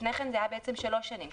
לפני כן זה היה שלוש שנים,